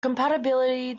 compatibility